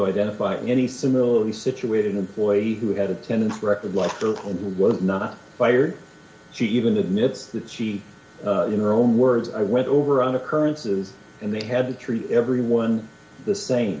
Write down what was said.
identify any similarities situated employee who had attendance record left or what not fired she even admits that she you know her own words i went over on occurrences and they had to treat everyone the same